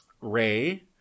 Ray